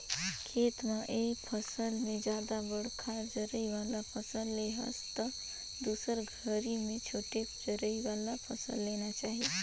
खेत म एक फसल में जादा बड़खा जरई वाला फसल ले हस त दुसर घरी में छोटे जरई वाला फसल लेना चाही